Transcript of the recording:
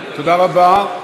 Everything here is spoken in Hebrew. תודה רבה.